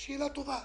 שאלה טובה.